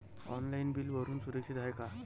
Online bill भरनं सुरक्षित हाय का?